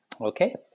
Okay